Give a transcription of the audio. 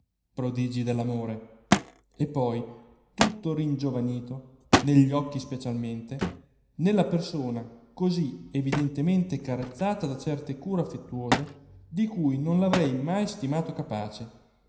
prodigi dell'amore e poi tutto ringiovanito negli occhi specialmente nella persona così evidentemente carezzata da certe cure affettuose di cui non l'avrei mai stimato capace